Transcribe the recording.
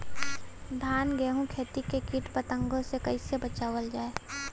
धान गेहूँक खेती के कीट पतंगों से कइसे बचावल जाए?